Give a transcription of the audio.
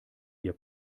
ihr